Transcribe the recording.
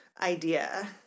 idea